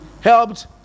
helped